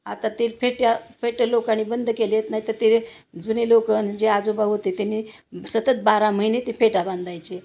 आता ते फेट्या फेट्या लोकानी बंद केलेेत नाही तर ते जुने लोकं जे आजोबा होते त्यानी सतत बारा महिने ते फेट्या बांधायचे